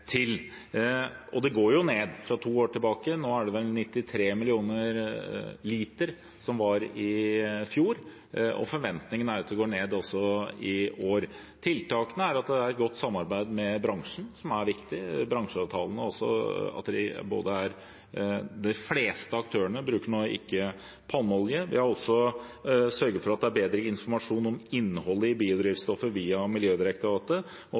til. Og det går jo ned, fra to år tilbake, nå var det vel 93 mill. liter i fjor, og forventningene er at det går ned også i år. Et av tiltakene som er viktig, er at det er et godt samarbeid med bransjen, ved bransjeavtalene, og de fleste aktørene bruker nå ikke palmeolje. Det er også viktig å sørge for at det er bedre informasjon om innholdet i biodrivstoffet via Miljødirektoratet, og